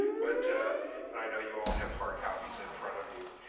but but i know you all have hard copies in front of you.